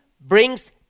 brings